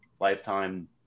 lifetime